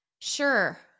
Sure